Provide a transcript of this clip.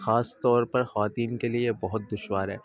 خاص طور پر خواتین کے لیے یہ بہت دشوار ہے